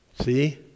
See